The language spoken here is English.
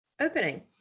opening